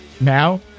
Now